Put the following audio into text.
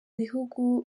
bihugu